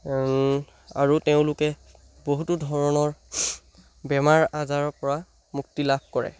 আৰু তেওঁলোকে বহুতো ধৰণৰ বেমাৰ আজাৰৰ পৰা মুক্তি লাভ কৰে